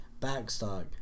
backstock